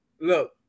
Look